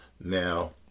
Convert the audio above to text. Now